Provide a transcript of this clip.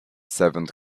seventh